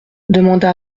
demanda